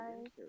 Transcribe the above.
Okay